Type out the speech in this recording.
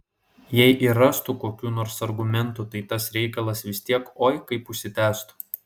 jei ir rastų kokių nors argumentų tai tas reikalas vis tiek oi kaip užsitęstų